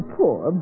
poor